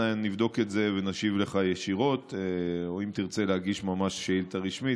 נבדוק את זה ונשיב לך ישירות או אם תרצה ממש להגיש שאילתה רשמית,